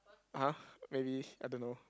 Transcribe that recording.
!huh! maybe I don't know